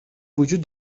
وجود